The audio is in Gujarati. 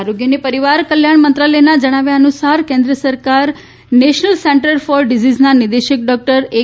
આરોગ્ય અને પરિવાર કલ્યાણ મંત્રાલયના જણાવ્યા અનુસાર કેન્દ્ર સરકારે નેશનલ સેન્ટર ફોર ડિસીઝના નિદેશક ડોકટર એસ